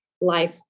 life